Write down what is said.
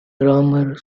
grammar